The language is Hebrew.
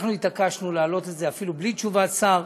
אנחנו התעקשנו להעלות את זה אפילו בלי תשובת שר,